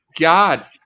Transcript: God